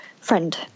friend